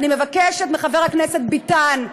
אני מבקשת מחבר הכנסת ביטן,